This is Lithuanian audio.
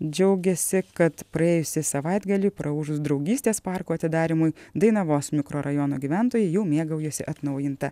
džiaugiasi kad praėjusį savaitgalį praūžus draugystės parko atidarymui dainavos mikrorajono gyventojai jau mėgaujasi atnaujinta